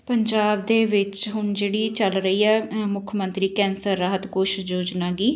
ਪੰਜਾਬ ਦੇ ਵਿੱਚ ਹੁਣ ਜਿਹੜੀ ਚੱਲ ਰਹੀ ਆ ਮੁੱਖ ਮੰਤਰੀ ਕੈਂਸਰ ਰਾਹਤ ਕੁਛ ਯੋਜਨਾ ਗੀ